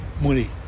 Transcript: money